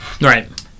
Right